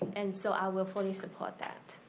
and so i will fully support that.